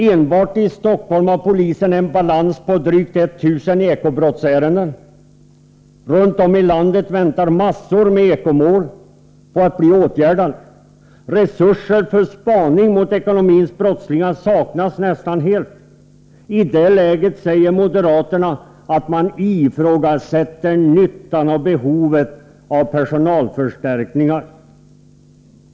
Enbart i Stockholm har polisen en balans på drygt 1 000 Eko-brottsärenden. Runt om i landet väntar mängder med Eko-mål på att bli åtgärdade. Resurser för spaning mot ekonomins brottslingar saknas nästan helt. I det läget säger moderaterna att man ifrågasätter nyttan och behovet av personalförstärkningar.